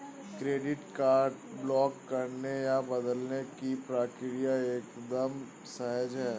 credit card block करने या बदलने की प्रक्रिया एकदम सहज है